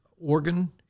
organ